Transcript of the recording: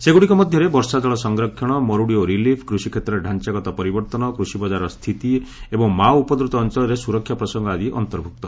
ସେଗୁଡ଼ିକ ମଧ୍ଧରେ ବର୍ଷା ଜଳ ସଂରକ୍ଷଣ ମରୁଡ଼ି ଓ ରିଲିଫ୍ କୃଷି କ୍ଷେତ୍ରରେ ଡାଞାଗତ ପରିବର୍ଭନ କୃଷି ବଜାରର ସ୍ଥିତି ଏବଂ ମାଓ ଉପଦ୍ରତ ଅଅଳରେ ସୁରକ୍ଷା ପ୍ରସଙ୍ଙ ଆଦି ଅନ୍ତର୍ଭୁକ୍ତ